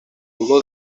olor